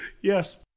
yes